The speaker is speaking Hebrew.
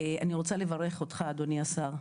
אני רוצה לברך אותך אדוני השר,